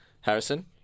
Harrison